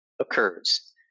occurs